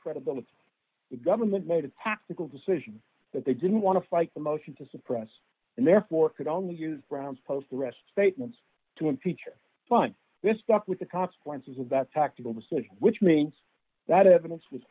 credibility the government made a tactical decision that they didn't want to fight the motion to suppress and therefore could only use brown's post arrest statements to impeach him find this stuff with the consequences of that tactical decision which means that evidence was